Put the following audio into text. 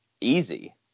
easy